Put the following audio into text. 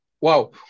wow